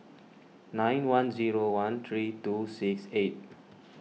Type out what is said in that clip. nine one zero one three two six eight